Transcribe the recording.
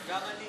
גם אני.